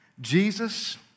Jesus